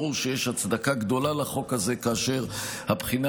ברור שיש הצדקה גדולה לחוק הזה כאשר הבחינה